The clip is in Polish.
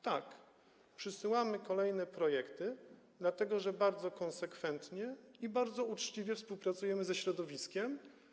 Tak, przysyłamy kolejne projekty, dlatego że bardzo konsekwentnie i bardzo uczciwie współpracujemy ze środowiskiem.